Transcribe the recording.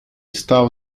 stał